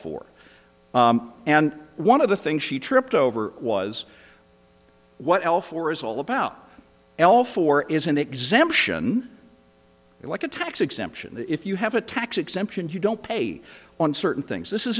four and one of the things she tripped over was what l four is all about l four is an exemption like a tax exemption if you have a tax exemption you don't pay on certain things this